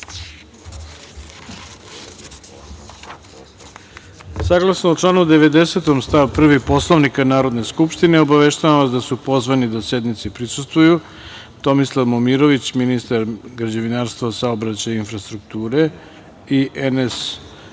članu 90. stav 1. Poslovnika Narodne skupštine, obaveštavam vas da su pozvani da sednici prisustvuju Tomislav Momirović, ministar građevinarstva, saobraćaja i infrastrukture i